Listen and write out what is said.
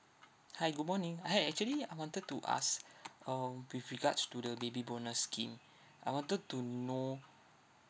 hi good morning hi actually I wanted to ask um with regards to the baby bonus scheme I wanted to know